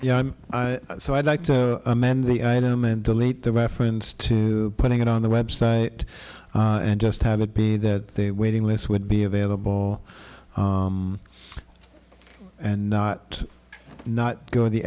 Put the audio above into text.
i'm so i'd like to amend the item and delete the reference to putting it on the website and just have it be that they waiting lists would be available and not not going the